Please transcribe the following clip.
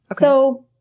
ah so,